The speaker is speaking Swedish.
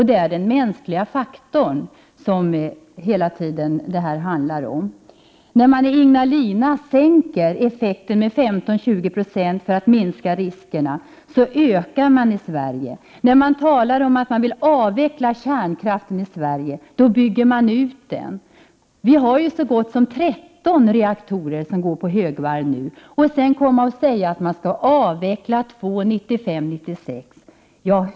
Det handlar hela tiden om den mänskliga faktorn. När man i Ignalina sänker effekten med 15—20 96 för att minska riskerna, ökar man den i Sverige. När man talar om att man skall avveckla kärnkraften i Sverige, byggs den ut. Det är så gott som 13 reaktorer som går på högvarv nu, och då säger man att två reaktorer skall avvecklas 1995 och 1996.